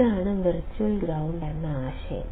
ഇതാണ് virtual ground എന്ന ആശയം